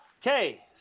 Okay